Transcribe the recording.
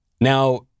Now